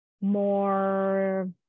more